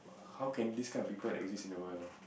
how can this kind of people exist in the world of